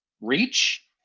reach